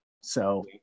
So-